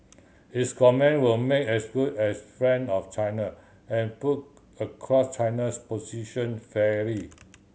his comment were made as good as friend of China and put across China's position fairly